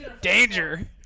danger